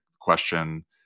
question